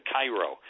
Cairo